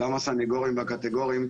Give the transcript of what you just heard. גם הסניגורים והקטגורים,